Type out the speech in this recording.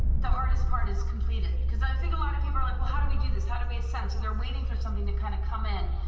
the hardest part is completed, because i think a lot of people are like well how do we do this, how do we ascend, so they're waiting for something to kind of come in,